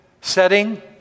setting